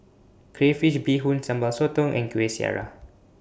Crayfish Beehoon Sambal Sotong and Kueh Syara